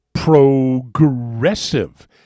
progressive